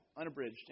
unabridged